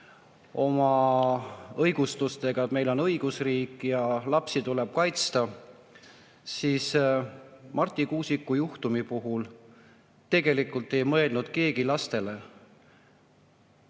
oma õigustustega, et meil on õigusriik ja lapsi tuleb kaitsta. Marti Kuusiku juhtumi puhul tegelikult ei mõelnud keegi lastele.